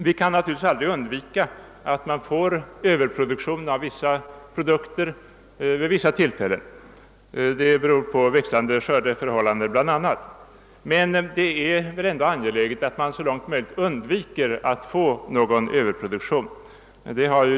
Vi kan naturligtvis aldrig undvika att överproduktion av en del produkter uppstår vid vissa tillfällen, vilket bl.a. beror på växlande skördeförhållanden. Men det är ändå angeläget att man i största möjliga utsträckning försöker undvika överproduktion.